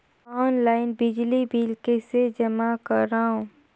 Online बिजली bill कइसे जमा करव?